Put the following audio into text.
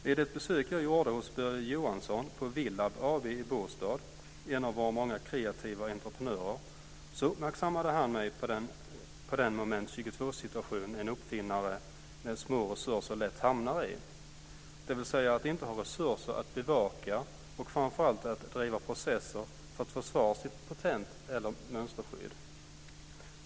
Vid ett besök jag gjorde hos Börje Johansson på Villab AB i Båstad - en av våra många kreativa entreprenörer - uppmärksammade han mig på den moment 22-situation en uppfinnare med små resurser lätt hamnar i, dvs. att inte ha resurser att bevaka och framför allt att driva processer för att försvara sitt patent eller mönsterskydd.